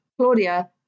Claudia